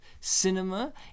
cinema